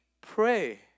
pray